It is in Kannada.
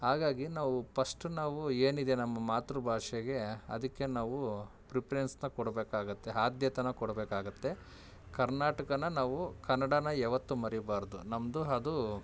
ಹಾಗಾಗಿ ನಾವು ಪಸ್ಟ್ ನಾವು ಏನಿದೆ ನಮ್ಮ ಮಾತೃಭಾಷೆಗೆ ಅದಕ್ಕೆ ನಾವು ಪ್ರಿಫ್ರೆನ್ಸ್ನ ಕೊಡಬೇಕಾಗುತ್ತೆ ಆದ್ಯತೆನ ಕೊಡಬೇಕಾಗುತ್ತೆ ಕರ್ನಾಟಕನ ನಾವು ಕನ್ನಡನ ಯಾವತ್ತೂ ಮರಿಬಾರದು ನಮ್ಮದು ಅದು